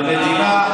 במדינה,